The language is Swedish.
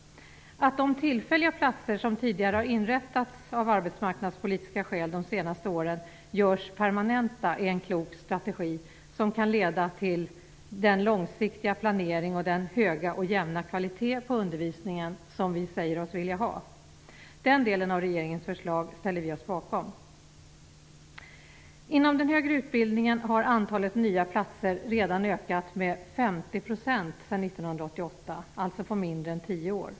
Att de tillfälliga platser som tidigare har inrättats av arbetsmarknadspolitiska skäl de senaste åren görs permanenta är en klok strategi, som kan leda till den långsiktiga planeringen och den höga och jämna kvalitet på undervisningen som vi säger oss vilja ha. Den delen av regeringens förslag ställer vi oss bakom. Inom den högre utbildningen har antalet nya platser redan ökat med 50 % sedan 1988, dvs. på mindre än tio år.